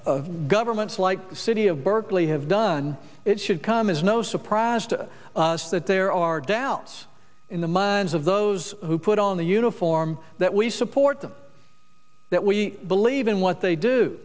does governments like the city of berkeley have done it should come as no surprise to us that there are doubts in the minds of those who put on the uniform that we support them that we believe in what they do